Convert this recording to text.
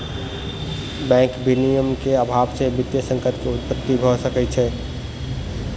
bank विनियमन के अभाव से वित्तीय संकट के उत्पत्ति भ सकै छै